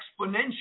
exponential